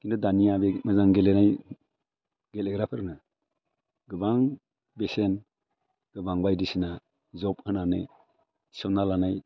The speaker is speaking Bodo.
खिन्थु दानिया बे मोजां गेलेनायनि गेलेग्राफोरनो गोबां बेसेन गोबां बायदिसिना जब होनानै थिसन्ना लानाय